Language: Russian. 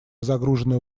загруженную